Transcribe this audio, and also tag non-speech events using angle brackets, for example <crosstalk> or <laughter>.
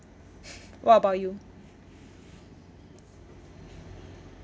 <breath> what about you